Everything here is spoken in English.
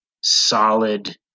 solid